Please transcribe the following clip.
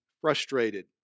frustrated